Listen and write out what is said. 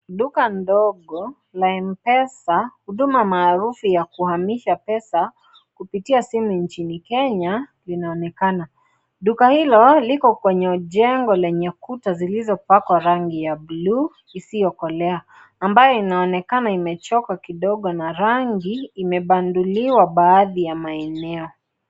Duka ndogo la Mpesa. Huduma maarufu ya kuhamisha pesa kupitia simu nchini Kenya inaonekana. Duka hilo, liko kwenye jengo lenye kuta zilizopakwa rangi ya buluu isiyokolea. Ambayo inaonekana imechoka kidogo na rangi imebanduliwa baadhi ya maeneo.